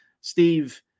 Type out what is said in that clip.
Steve